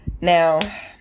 Now